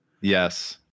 Yes